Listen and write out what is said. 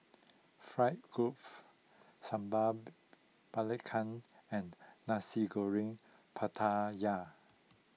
Fried Group Sambal Belacan and Nasi Goreng Pattaya